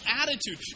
attitude